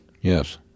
yes